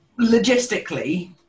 logistically